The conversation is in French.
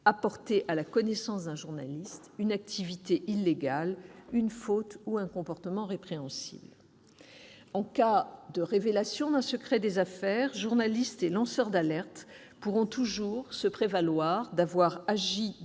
a porté à la connaissance d'un journaliste une activité illégale, une faute ou un comportement répréhensible. En cas de révélation d'un secret des affaires, journalistes et lanceurs d'alerte pourront toujours se prévaloir d'avoir agi dans le